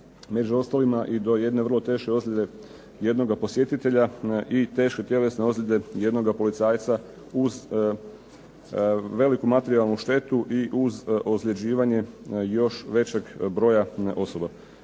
među ostalima i do jedne vrlo teške ozljede jednoga posjetitelja i teške tjelesne ozljede jednoga policajca uz veliku materijalnu štetu i uz ozljeđivanje još većeg broja osoba.